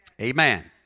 Amen